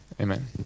amen